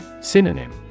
Synonym